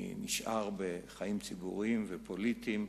אני נשאר בחיים ציבוריים ופוליטיים,